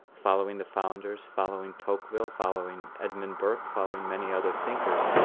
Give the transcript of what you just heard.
following the founders, following tocqueville, following edmund burke, following many other thinkers,